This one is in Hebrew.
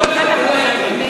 בבקשה, גברתי.